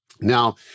Now